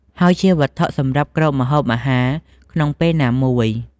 ហើយជាវត្ថុសម្រាប់គ្របម្ហូបអាហារក្នុងពេលណាមួយ ។